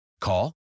Call